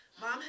Mom